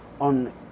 on